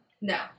No